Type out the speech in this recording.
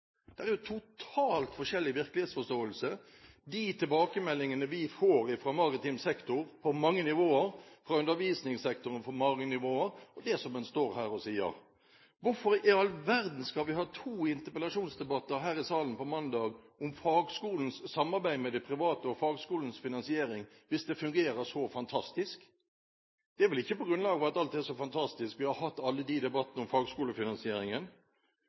Det er jo en totalt forskjellig virkelighetsforståelse. De tilbakemeldingene vi får fra maritim sektor, på mange nivåer, og fra undervisningssektoren på mange nivåer, det er dét en står her og sier. Hvorfor i all verden skal vi ha to interpellasjonsdebatter her i salen på mandag om fagskolens samarbeid med det private og fagskolens finansiering hvis det fungerer så fantastisk? Det er vel ikke på grunnlag av at alt er så fantastisk, at vi har hatt alle debattene om fagskolefinansieringen?